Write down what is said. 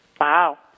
Wow